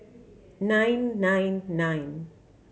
nine nine nine